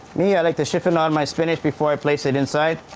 me, i like to chiffonade my spinach before i place it inside,